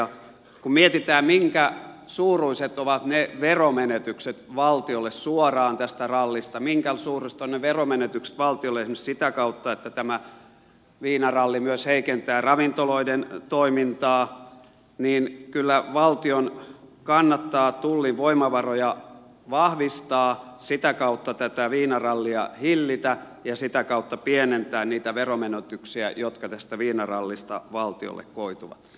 kun mietitään minkä suuruiset ovat ne veromenetykset valtiolle suoraan tästä rallista minkäsuuruiset ovat ne veromenetykset valtiolle esimerkiksi sitä kautta että tämä viinaralli myös heikentää ravintoloiden toimintaa niin kyllä valtion kannattaa tullin voimavaroja vahvistaa sitä kautta tätä viinarallia hillitä ja sitä kautta pienentää niitä veromenetyksiä jotka tästä viinarallista valtiolle koituvat